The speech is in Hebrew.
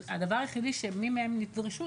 הדבר היחיד שמי מהם נדרשו,